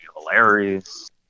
hilarious